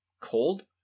cold